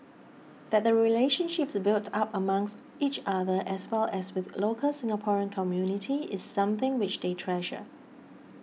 that the relationships built up amongst each other as well as with local Singaporean community is something which they treasure